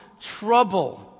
trouble